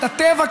את הטבע,